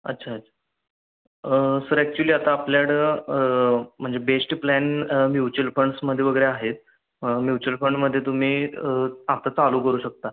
अच्छा अच्छा sir actually आता आपल्याकडं म्हणजे बेस्ट प्लॅन म्युच्युअल फंड्समध्ये वगैरे आहेत म्युच्युअल फंडमध्ये तुम्ही आता चालू करू शकता